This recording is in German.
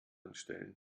anstellen